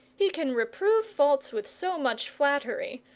he can reprove faults with so much flattery,